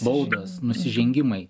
baudos nusižengimai